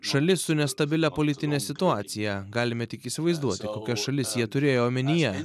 šalis su nestabilia politine situacija galime tik įsivaizduoti kokias šalis jie turėjo omenyje